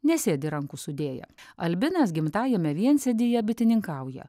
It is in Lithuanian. nesėdi rankų sudėję albinas gimtajame viensėdyje bitininkauja